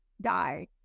die